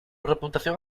reputación